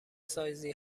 سایزی